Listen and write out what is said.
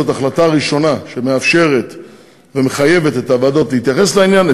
זאת החלטה ראשונה שמאפשרת ומחייבת את הוועדות להתייחס לעניין.